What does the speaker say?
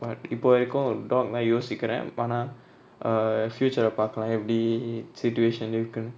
but இப்ப வரைக்கு:ippa varaiku dog நா யோசிக்குர வானா:na yosikura vaana err future ah பாக்களா எப்டி:paakala epdi situation lah இருக்குனு:irukunu